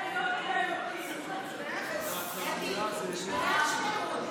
אחרי טלי קשה לנאום.